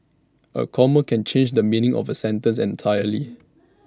A comma can change the meaning of A sentence entirely